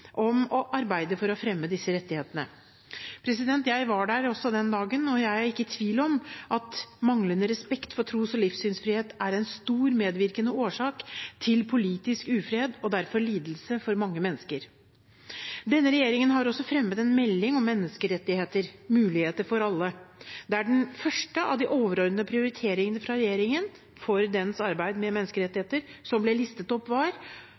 om å arbeide for å fremme disse rettighetene. Jeg var der også den dagen, og jeg er ikke i tvil om at manglende respekt for tros- og livssynsfrihet er en stor, medvirkende årsak til politisk ufred, og derfor lidelse for mange mennesker. Denne regjeringen har også fremmet en melding om menneskerettigheter, Muligheter for alle, der den første av de overordnede prioriteringene fra regjeringen for dens arbeid med menneskerettigheter ble listet opp,